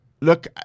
Look